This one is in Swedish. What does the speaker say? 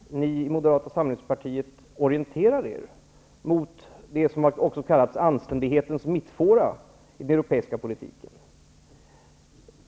Herr talman! Det är utmärkt om ni i Moderata samlingspartiet orienterar er mot det som också har kallats anständighetens mittfåra i den europeiska politiken.